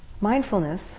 mindfulness